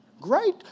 Great